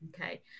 Okay